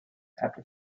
after